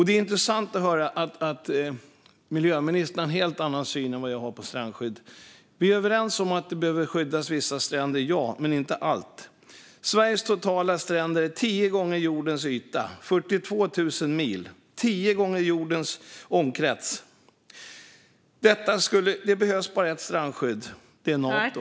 Det är intressant att höra att miljöministern har en helt annan syn än vad jag har på strandskydd. Vi är överens om att vissa stränder behöver skyddas, men inte allt. Sveriges stränder är totalt tio gånger jordens omkrets - 42 000 mil. Det behövs bara ett strandskydd - det är Nato.